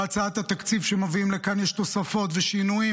בהצעת התקציב שמביאים לכאן יש תוספות ושינויים,